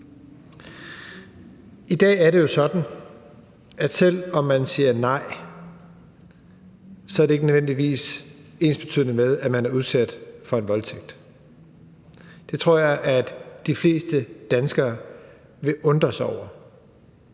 I dag er det jo sådan, at selv om man siger nej, er det ikke nødvendigvis ensbetydende med, at man er udsat for en voldtægt. Det tror jeg de fleste danskere vil undre sig over.